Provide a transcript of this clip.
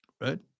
right